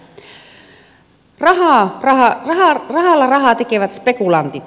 rahalla rahaa tekivät spekulantit